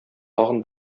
тагын